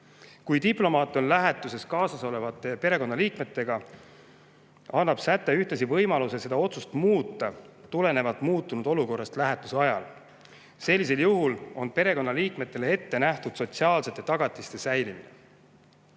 Kui diplomaat on lähetuses kaasasolevate perekonnaliikmetega, annab säte ühtlasi võimaluse seda otsust muuta tulenevalt muutunud olukorrast lähetuse ajal. Sellisel juhul on perekonnaliikmetele ette nähtud sotsiaalsete tagatiste säilimine.